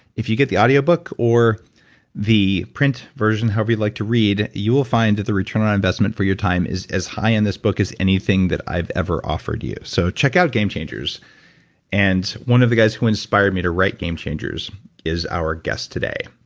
if you get the audio book or the print version, however you like to read, you'll find that the return of investment for your time is as high in this book as anything that i've ever offered you. so check out game changers and one of the guys who inspired me to write game changers is our guest today.